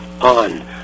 on